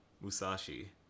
Musashi